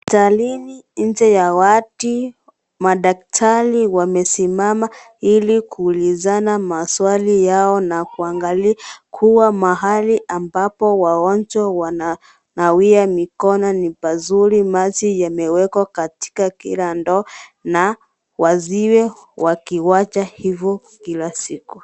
Hospitalini nje ya wadi, madaktari wamesimama ili kuulizana maswali yao na kuangalia kuwa mahali ambapo wagonjwa wananawia mikono ni pazuri. Maji yamewekwa katika kila ndoo na wasiwe wakiwacha hivyo kila siku.